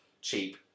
cheap